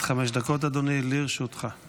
עד חמש דקות לרשותך, אדוני.